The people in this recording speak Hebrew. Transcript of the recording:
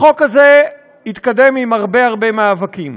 החוק הזה התקדם עם הרבה הרבה מאבקים,